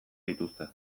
dituzte